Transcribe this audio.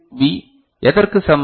B எதற்கு சமம்